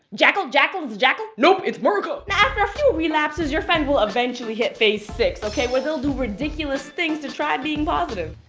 jackal. jackal. is it jackal? nope, it's merkel. now, after a few relapses your friend will eventually hit phase six, okay, where they'll do ridiculous things to try being positive.